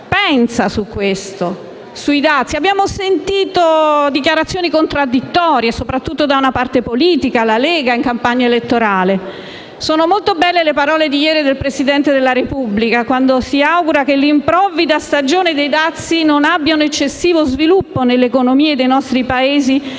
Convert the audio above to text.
campagna elettorale abbiamo sentito dichiarazioni contraddittorie soprattutto da una parte politica, la Lega; mentre sono molto belle le parole di ieri del Presidente della Repubblica quando si è augurato che l'improvvida stagione dei dazi non abbia un eccessivo sviluppo nelle economie dei nostri Paesi, che